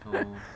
so